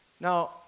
Now